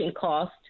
cost